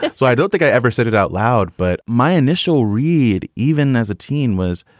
so i don't think i ever said it out loud. but my initial read, even as a teen was,